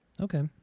Okay